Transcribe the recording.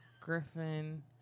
Griffin